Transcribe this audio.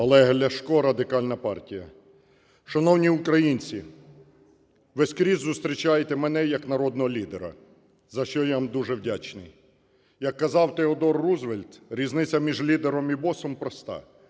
Олег Ляшко, Радикальна партія. Шановні українці, ви скрізь зустрічаєте мене як народного лідера, за що я вам дуже вдячний. Як казав Теодор Рузвельт: "Різниця між лідером і босом проста.